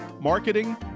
marketing